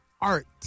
art